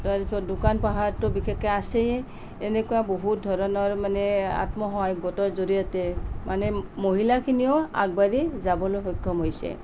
তাৰপিছত দোকান পোহাৰটো বিশেষকৈ আছেই এনেকুৱা বহুত ধৰণৰ মানে আত্মসহায় গোটৰ জৰিয়তে মানে মহিলাখিনিয়েও আগবাঢ়ি যাবলৈ সক্ষম হৈছে